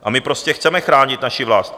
A my prostě chceme chránit naši vlast.